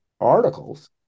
articles